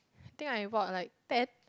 think I bought like ten